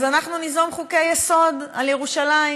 אז אנחנו ניזום חוקי-יסוד על ירושלים.